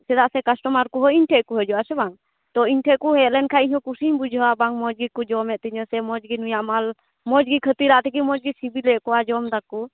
ᱪᱮᱫᱟᱜ ᱥᱮ ᱠᱟᱥᱴᱚᱢᱟᱨ ᱠᱚᱦᱚᱸ ᱤᱧᱴᱷᱮᱱ ᱠᱚ ᱦᱤᱡᱩᱜᱼᱟ ᱥᱮ ᱵᱟᱝ ᱛᱚ ᱤᱧᱴᱷᱮᱱ ᱠᱚ ᱦᱮᱡ ᱞᱮᱱᱠᱷᱟᱱ ᱵᱟᱝ ᱤᱧᱦᱚᱸ ᱠᱩᱥᱤᱧ ᱵᱩᱡᱷᱟᱹᱣᱟ ᱵᱟᱝ ᱢᱚᱡᱽ ᱜᱮᱠᱚ ᱡᱚᱢᱮᱫ ᱛᱤᱧᱟᱹ ᱥᱮ ᱢᱚᱡᱽᱜᱮ ᱱᱩᱭᱟᱜ ᱢᱟᱞ ᱢᱚᱡᱽᱜᱮ ᱠᱷᱟᱹᱛᱤᱨᱟᱜ ᱛᱮᱜᱮ ᱢᱚᱡᱽᱜᱮ ᱥᱤᱵᱤᱞᱮᱫ ᱠᱚᱣᱟ ᱡᱚᱢ ᱮᱫᱟᱠᱚ